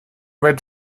red